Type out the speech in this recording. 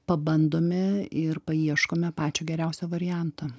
pabandome ir paieškome pačio geriausio varianto